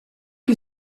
que